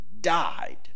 died